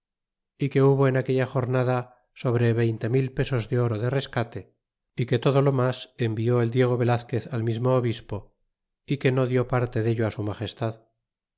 adelante que hubo en aquella jornada sobre veinte mil pesos de oro de rescate y que todo lo mas envió el diego velazquez al mismo obispo é que no dió liarte dello su magestad